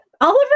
Oliver